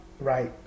right